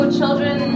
children